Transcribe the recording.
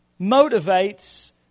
motivates